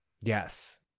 Yes